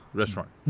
restaurant